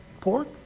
pork